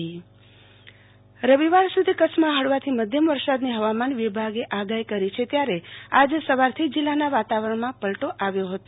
આરતી ભટ્ટ હવામાન આગાહી રવિવાર સુધી કચ્છમાં હળવાથી મધ્યમ વરસાદની હવામાન વિભાગે આગાહી કરી છે ત્યારે આજ સવારથી જીલ્લાના વાતાવરણમાં પલ્ટો આવ્યો છે